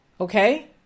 Okay